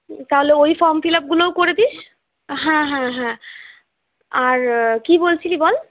তাহলে ওই ফর্ম ফিলাপগুলোও করে দিস হ্যাঁ হ্যাঁ হ্যাঁ আর কি বলছিলি বল